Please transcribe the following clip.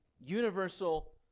universal